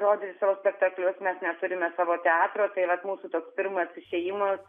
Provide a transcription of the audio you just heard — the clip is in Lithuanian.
rodyti savo spektaklius mes neturime savo teatro tai vat mūsų toks pirmas išėjimas